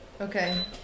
Okay